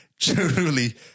truly